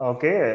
Okay